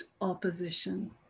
opposition